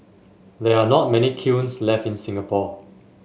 there are not many kilns left in Singapore